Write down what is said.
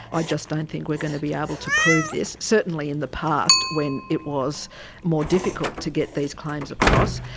i just don't think we are going to be able to prove this. certainly in the past when it was more difficult to get these claims across,